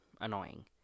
annoying